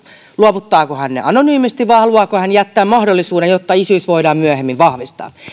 luovuttaako hän ne anonyymisti vai haluaako hän jättää sen mahdollisuuden että isyys voidaan myöhemmin vahvistaa